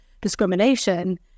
discrimination